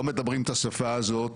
לא מדברים את השפה הזאת,